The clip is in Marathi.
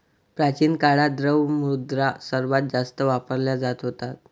प्राचीन काळात, द्रव्य मुद्रा सर्वात जास्त वापरला जात होता